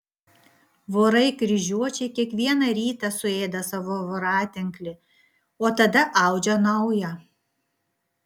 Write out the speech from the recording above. vorai kryžiuočiai kiekvieną rytą suėda savo voratinklį o tada audžia naują